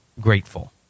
grateful